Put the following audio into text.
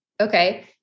Okay